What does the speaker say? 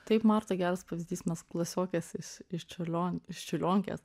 taip marta geras pavyzdys mes klasiokės is iš čiurlion iš čiurliokės